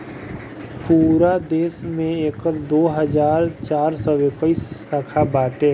पूरा देस में एकर दो हज़ार चार सौ इक्कीस शाखा बाटे